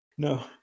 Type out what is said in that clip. No